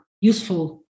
useful